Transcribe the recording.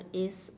it's